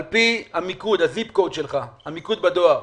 על פי המיקוד שלך בדואר.